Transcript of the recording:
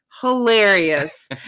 hilarious